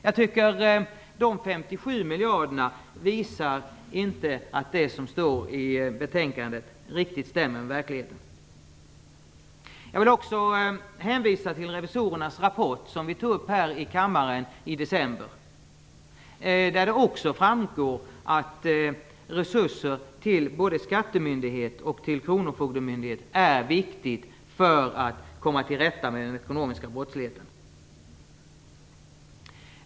Jag tycker att de 57 miljarderna visar att det som står i betänkandet inte riktigt stämmer med verkligheten. Jag vill också hänvisa till revisorernas rapport, som vi tog upp här i kammaren i december. Där framgår det också att det är viktigt med resurser till både skattemyndighet och kronofogdemyndighet för att vi skall komma till rätta med den ekonomiska brottsligheten.